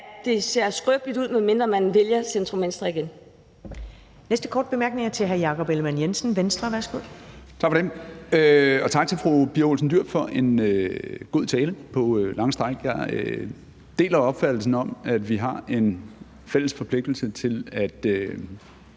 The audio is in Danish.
det ser skrøbeligt ud, medmindre man vælger centrum-venstre igen.